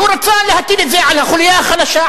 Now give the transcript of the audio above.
הוא רצה להטיל את זה על החוליה החלשה,